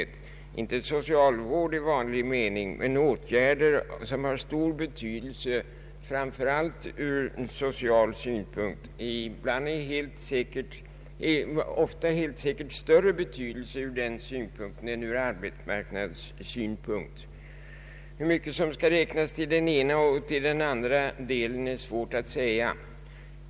Det gäller inte socialvård i vanlig mening, men åtgärder som har stor betydelse framför allt från social synpunkt, och som ofta helt säkert har större betydelse från social synpunkt än från arbetsmarknadssynpunkt. Hur mycket som skall räknas till den ena eller andra delen är svårt att säga.